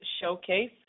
Showcase